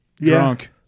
drunk